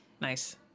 Nice